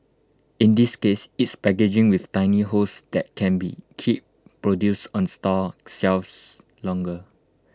in this case it's packaging with tiny holes that can be keep produce on store shelves longer